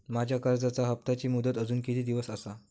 माझ्या कर्जाचा हप्ताची मुदत अजून किती दिवस असा?